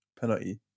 penalty